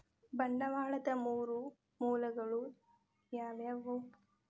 ಬಂಡವಾಳದ್ ಮೂರ್ ಮೂಲಗಳು ಯಾವವ್ಯಾವು?